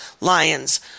lions